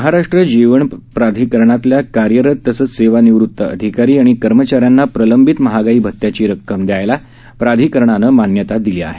महाराष्ट्र जीवन प्राधिकरणातल्या कार्यरत तसेच सेवानिवृत अधिकारी आणि कर्मचाऱ्यांना प्रलंबित महागाई भत्याची रक्कम द्यायला प्राधिकारणानं मान्यता दिली आहे